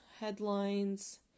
headlines